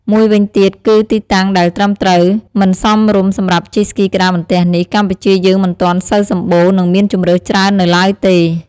មួយវិញទៀតគឺទីតាំងដែលត្រឹមត្រូវ និងសមរម្យសម្រាប់ជិះស្គីក្ដារបន្ទះនេះ កម្ពុជាយើងមិនទាន់សូវសម្បូរ និងមានជម្រើសច្រើននៅឡើយទេ។